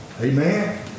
Amen